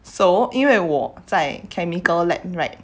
so 因为我在 chemical lab right